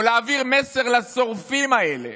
או להעביר מסר לשורפים האלה,